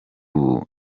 ubu